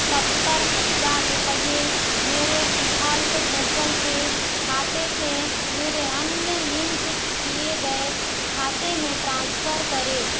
सत्तर हज़ार रुपये मेरे डिफ़ॉल्ट गूगलपे खाते से मेरे अन्य लिंक किए गए खाते मे ट्रांसफ़र करें